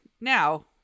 Now